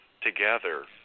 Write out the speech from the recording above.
together